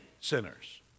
sinners